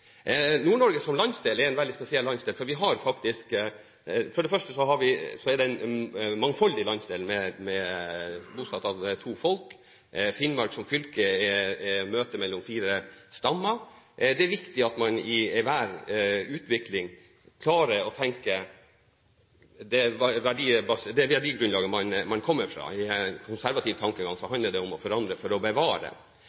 som landsdel er en veldig spesiell landsdel. For det første er det en mangfoldig landsdel bosatt av to folk, og Finnmark som fylke er møtet mellom fire stammer. Det er viktig at man i enhver utvikling klarer å tenke på det verdigrunnlaget man kommer fra. I konservativ tankegang